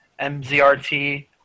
MZRT